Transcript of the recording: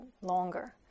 longer